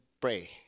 pray